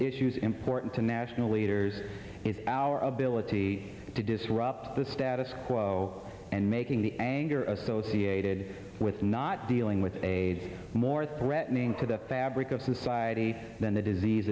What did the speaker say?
issues important to national leaders is our ability to disrupt the status quo and making the anger associated with not dealing with a more threatening to the fabric of society than the disease